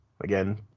Again